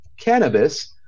cannabis